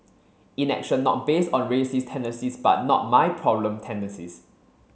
inaction not based on racist tendencies but not my problem tendencies